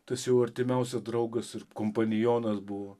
tas jau artimiausias draugas ir kompanionas buvo